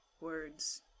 words